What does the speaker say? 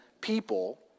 people